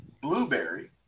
blueberry